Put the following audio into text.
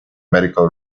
medical